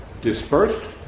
dispersed